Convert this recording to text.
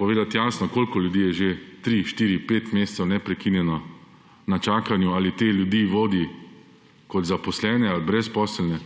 povedati jasno, koliko ljudi je že tri, štiri, pet mesecev neprekinjeno na čakanju, ali te ljudi vodi kot zaposlene ali brezposelne.